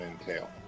entail